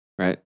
right